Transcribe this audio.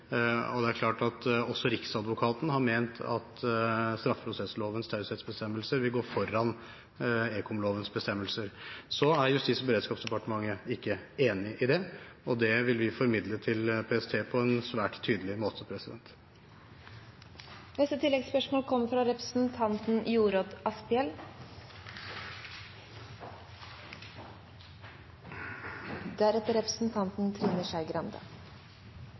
og det er klart at også Riksadvokaten har ment at straffeprosesslovens taushetsbestemmelser vil gå foran ekomlovens bestemmelser. Så er Justis- og beredskapsdepartementet ikke enig i det, og det vil vi formidle til PST på en svært tydelig måte.